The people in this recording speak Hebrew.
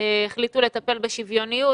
החליטו לטפל בשוויוניות.